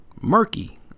murky